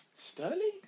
Sterling